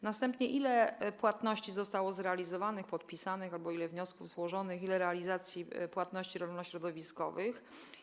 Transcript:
Następnie: Ile płatności zostało zrealizowanych, podpisanych albo ile wniosków zostało złożonych i ile było realizacji płatności rolnośrodowiskowych?